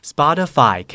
Spotify